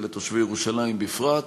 ולתושבי ירושלים בפרט,